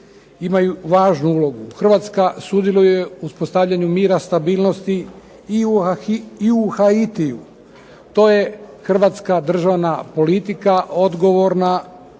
imaju važnu ulogu. Hrvatska sudjeluje u uspostavljanju mira, stabilnosti i u Haiti-u. To je hrvatska državna politika, odgovorna,